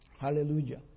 Hallelujah